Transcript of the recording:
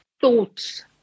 thoughts